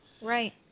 Right